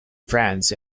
france